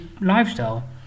lifestyle